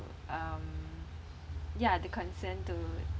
um ya the consent to